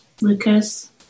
Lucas